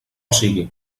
siga